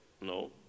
No